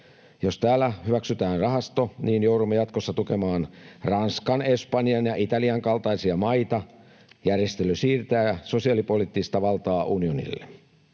Jos täällä hyväksytään rahasto, niin joudumme jatkossa tukemaan Ranskan, Espanjan ja Italian kaltaisia maita. Järjestely siirtää sosiaalipoliittista valtaa unionille.